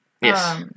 Yes